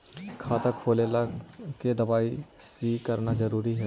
खाता खोले ला के दवाई सी करना जरूरी है?